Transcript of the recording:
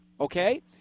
okay